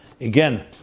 Again